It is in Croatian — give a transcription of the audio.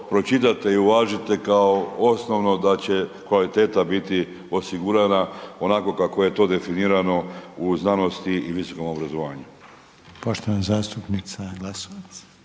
i uvažite kao osnovno da će kvaliteta biti osigurana onako kako je to definirano u znanosti i visokom obrazovanju.